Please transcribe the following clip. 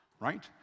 right